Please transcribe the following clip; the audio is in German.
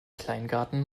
kleingarten